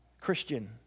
Christian